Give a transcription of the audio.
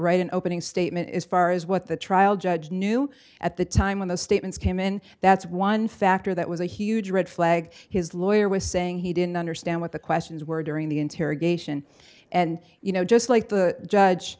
in opening statement as far as what the trial judge knew at the time when the statements came and that's one factor that was a huge red flag his lawyer was saying he didn't understand what the questions were during the interrogation and you know just like the judge